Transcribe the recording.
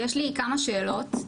יש לי כמה שאלות.